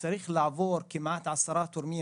וצריך לעבור כמעט עשרה תורמים,